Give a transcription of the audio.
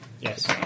Yes